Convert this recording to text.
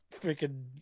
freaking